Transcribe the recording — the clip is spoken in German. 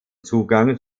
zugang